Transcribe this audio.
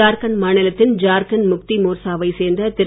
ஜார்கன்ட் மாநிலத்தின் ஜார்கன்ட் முக்தி மோர்சாவை சேர்ந்த திரு